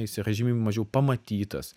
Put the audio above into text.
jis yra žymiai mažiau pamatytas